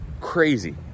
crazy